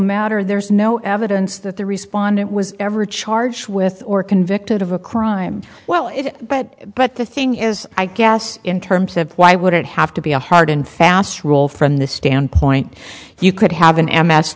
matter there's no evidence that the respondent was ever charged with or convicted of a crime well but but the thing is i guess in terms of why would it have to be a hard and fast rule from this standpoint you could have